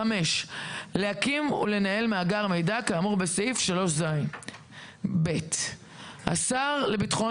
(ה)להקים ולנהל מאגר מידע כאמור בסעיף 3ז. (ב)השר לביטחון